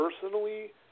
personally